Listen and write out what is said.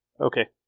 Okay